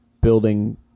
building